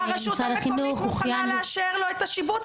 הרשות המקומית מוכנה לאשר לו את השיבוץ.